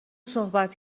صحبت